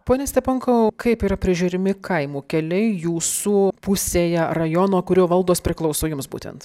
pone steponkau kaip yra prižiūrimi kaimo keliai jūsų pusėje rajono kurio valdos priklauso jums būtent